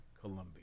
Colombia